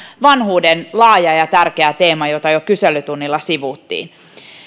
vanhuuden laaja ja ja tärkeä teema jota jo kyselytunnilla sivuttiin